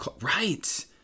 Right